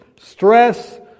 stress